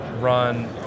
run